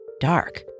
dark